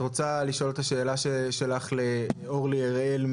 את רוצה לשאול את השאלה שלך לאורלי אראל,